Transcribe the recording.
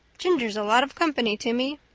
ginger's a lot of company to me.